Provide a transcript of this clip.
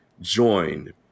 joined